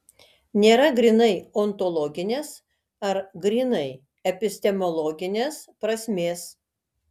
nėra grynai ontologinės ar grynai epistemologinės prasmės